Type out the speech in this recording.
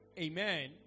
Amen